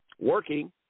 working